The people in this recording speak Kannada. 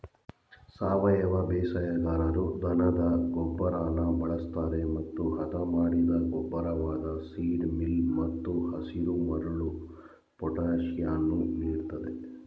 ಸಾವಯವ ಬೇಸಾಯಗಾರರು ದನದ ಗೊಬ್ಬರನ ಬಳಸ್ತರೆ ಮತ್ತು ಹದಮಾಡಿದ ಗೊಬ್ಬರವಾದ ಸೀಡ್ ಮೀಲ್ ಮತ್ತು ಹಸಿರುಮರಳು ಪೊಟ್ಯಾಷನ್ನು ನೀಡ್ತದೆ